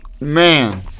Man